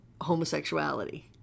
homosexuality